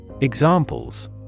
Examples